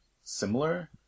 similar